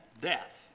death